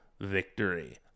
victory